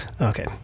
Okay